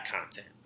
content